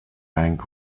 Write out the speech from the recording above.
bank